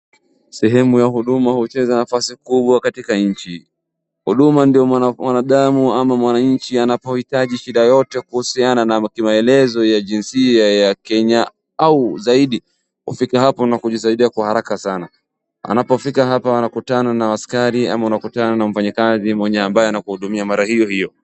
Sehemu ya huduma hucheza nafasi kubwa katika nchi. Huduma ndio mwanadamu ama mwanachi anapohitaji shida yoyote kuhusiana na maelezo ya jinsia ya Kenya au zaidi hufika hapo na kujisaidia kwa haraka sana. Anapofika hapo anapatana na askari ama anapatana na mfanyikazi ambaye anamhudumia mara hiyohiyo.